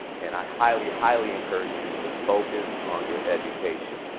and i highly, highly encourage you to focus on your education.